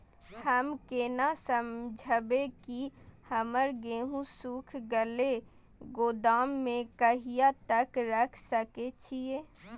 हम केना समझबे की हमर गेहूं सुख गले गोदाम में कहिया तक रख सके छिये?